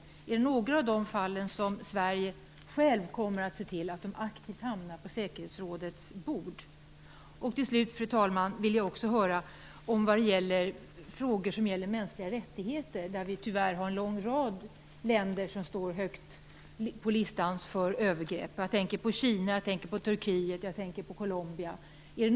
Kommer Sverige i något av de fallen att aktivt agera för att frågan skall hamna på säkerhetsrådets bord? När det gäller frågor som handlar om mänskliga rättigheter har vi ju tyvärr en lång rad länder som står högt på listan för övergrepp. Jag tänker på Kina, Turkiet, Colombia.